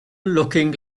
looking